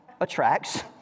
attracts